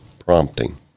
prompting